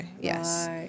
yes